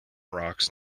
rocks